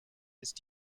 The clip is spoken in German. ist